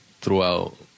throughout